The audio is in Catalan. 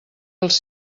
els